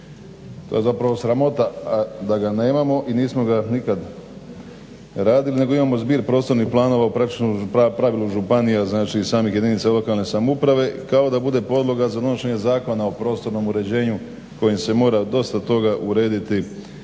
to je sramota da ga nemamo i nismo ga nikad radili nego imamo zbir prostornih planova u praktično u pravilu županija znači samih jedinica lokalne samouprave kao da bude podloga za donošenje Zakona o prostornom uređenju kojim se mora dosta toga urediti